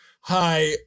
hi